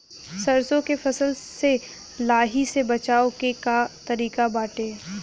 सरसो के फसल से लाही से बचाव के का तरीका बाटे?